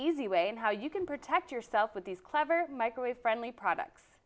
easy way and how you can protect yourself with these clever microwave friendly products